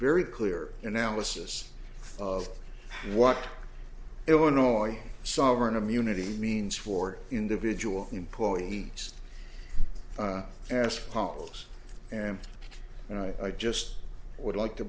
very clear analysis of what illinois sovereign immunity means for individual employee just ask palls and and i just would like to